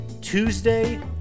Tuesday